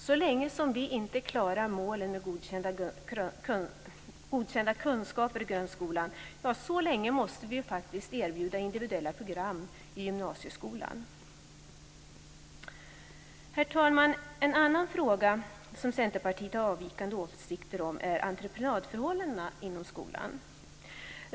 Så länge som vi inte klarar målen med godkända kunskaper i grundskolan, måste vi faktiskt erbjuda individuella program i gymnasieskolan. Herr talman! En annan fråga som Centerpartiet har avvikande åsikter om är entreprenadförhållandena inom skolan.